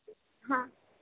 હા